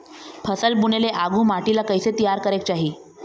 फसल बुने ले आघु माटी ला कइसे तियार करेक चाही?